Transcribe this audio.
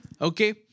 Okay